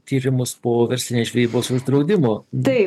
tyrimus po verslinės žvejybos uždraudimo